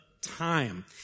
time